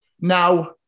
Now